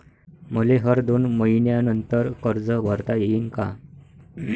मले हर दोन मयीन्यानंतर कर्ज भरता येईन का?